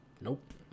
Nope